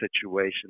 situation